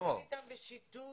אנחנו עובדים אתם בשיתוף